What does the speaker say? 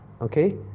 Okay